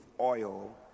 oil